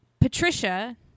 Patricia